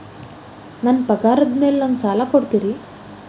ನನ್ನ ಪಗಾರದ್ ಮೇಲೆ ನಂಗ ಸಾಲ ಕೊಡ್ತೇರಿ?